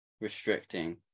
restricting